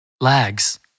Lags